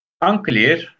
Unclear